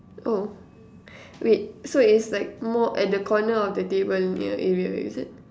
oh wait so it's like more at the corner of the table near area is it